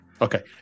okay